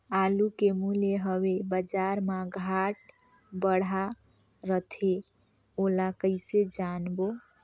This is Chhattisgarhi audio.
आलू के मूल्य हवे बजार मा घाट बढ़ा रथे ओला कइसे जानबो?